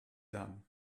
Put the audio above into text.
done